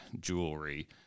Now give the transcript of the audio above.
jewelry